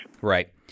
Right